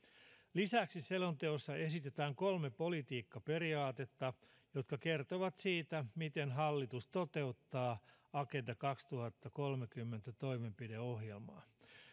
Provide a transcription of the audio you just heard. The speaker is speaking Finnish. lisäksi selonteossa esitetään kolme politiikkaperiaatetta jotka kertovat siitä miten hallitus toteuttaa agenda kaksituhattakolmekymmentä toimenpideohjelmaa